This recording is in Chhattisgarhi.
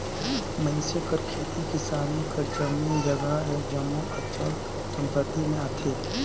मइनसे कर खेती किसानी कर जमीन जगहा ए जम्मो अचल संपत्ति में आथे